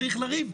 צריך לריב,